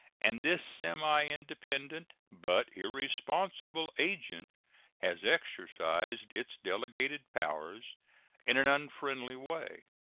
and this semi-independent but irresponsible agent has exercised its delegated powers in an unfriendly way.